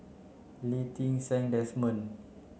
Lee Ti Seng Desmond